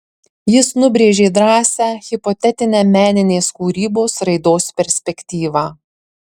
jis nubrėžė drąsią hipotetinę meninės kūrybos raidos perspektyvą